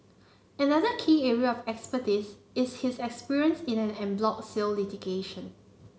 another key area of expertise is his experience in en bloc sale litigation